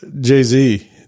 Jay-Z